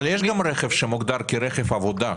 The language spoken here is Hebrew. אבל יש גם רכב שמוגדר רכב עבודה,